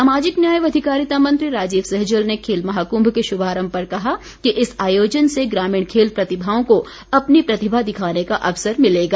सामाजिक न्याय व अधिकारिता मंत्री राजीव सहजल ने खेल महाकुम्म के शुभारम्म पर कहा कि इस आयोजन से ग्रामीण खेल प्रतिभाओं को अपनी प्रतिभा दिखाने का अवसर मिलेगा